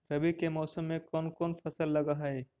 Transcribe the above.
रवि के मौसम में कोन कोन फसल लग है?